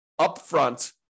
upfront